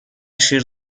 شیر